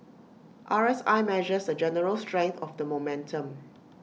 R S I measures the general strength of the momentum